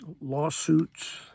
lawsuits